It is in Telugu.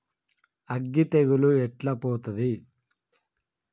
అగ్గి తెగులు ఎట్లా పోతది?